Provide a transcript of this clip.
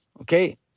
Okay